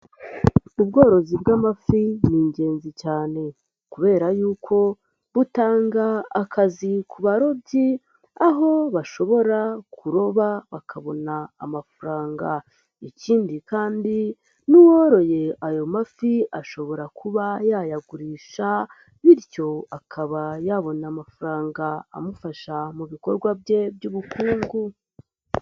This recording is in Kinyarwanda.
Ubworozi bw'amafi ni ingenzi cyane kubera yuko butanga akazi ku barobyi, aho bashobora kuroba bakabona amafaranga. Ikindi kandi n'uworoye ayo mafi ashobora kuba yayagurisha, bityo akaba yabona amafaranga amufasha mu bikorwa bye by'ubukungu.